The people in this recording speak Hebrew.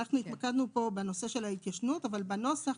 אנחנו התמקדנו פה בנושא של ההתיישנות, אבל בנוסח